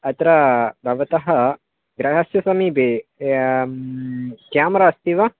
अत्र भवतः गृहस्य समीपे यत् केमेरा अस्ति वा